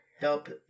help